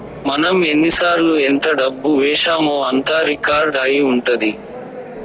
మనం ఎన్నిసార్లు ఎంత డబ్బు వేశామో అంతా రికార్డ్ అయి ఉంటది